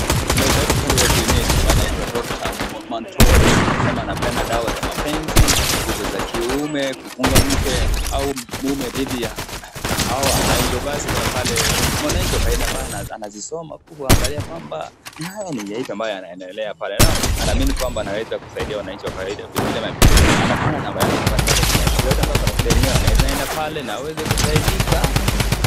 Daktari pale wa kienyeji ambaye anaitwa Dr. Mantori anasema anapeana dawa za mapenzi, nguvu za kiume, kufunga mke au mume dithi ya hawa . Hivyo basi kuna pale mwananchi wa kawaida, ambaye anazisoma kuangalia kwamba ni gani ambayo anaendea pale naam anaamini kwamba anawezakusaidia wananchi wa kawaida. Vilevile anapeana namba yake pale ili, yeyote ambaye ako na shida anaweza enda pale na aweze kusaidika.